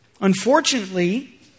unfortunately